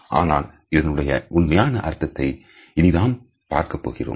ஆனால் இதனுடைய உண்மையான அர்த்தத்தை இனி தான் பார்க்கப் போகிறோம்